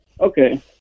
Okay